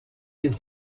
den